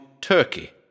turkey